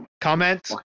Comment